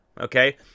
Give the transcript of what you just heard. okay